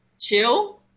chill